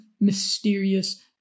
mysterious